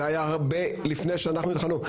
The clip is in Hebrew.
זה היה הרבה לפני שאנחנו התחלנו.